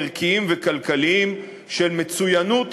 ערכיים וכלכליים של מצוינות,